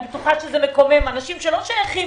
אני בטוחה שזה מקומם אנשים שלא שייכים